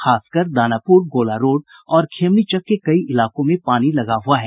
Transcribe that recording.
खासकर दानापुर गोला रोड और खेमनीचक के कई इलाकों में पानी लगा हुआ है